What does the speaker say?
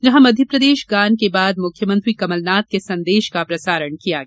जहां मध्यप्रदेश गान के बाद मुख्यमंत्री कमलनाथ के संदेश का प्रसारण किया गया